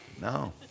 No